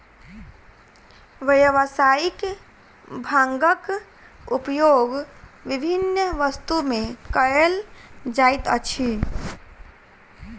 व्यावसायिक भांगक उपयोग विभिन्न वस्तु में कयल जाइत अछि